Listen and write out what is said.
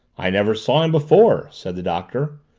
i never saw him before, said the doctor.